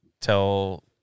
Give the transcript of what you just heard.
tell